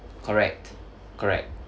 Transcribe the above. correct correct